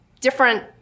different